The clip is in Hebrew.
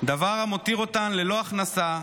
דבר המותיר אותן ללא הכנסה,